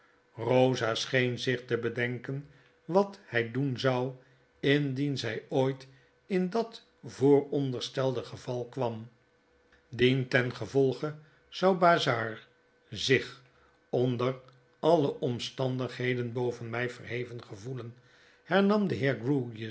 eosa scheen zich te bedenken wat zij doen zou indien zy ooit in dat vooronderstelde geval kwam dientengevoige zoti bazzard zich onder alle omstandigheden boven my verheven gevoelen hernam de